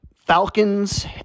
Falcons